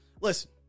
Listen